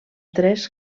tres